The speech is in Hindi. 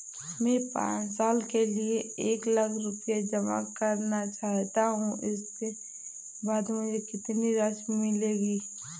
मैं पाँच साल के लिए एक लाख रूपए जमा करना चाहता हूँ इसके बाद मुझे कितनी राशि मिलेगी?